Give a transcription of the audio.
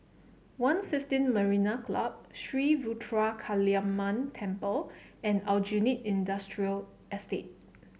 One fifteen Marina Club Sri Ruthra Kaliamman Temple and Aljunied Industrial Estate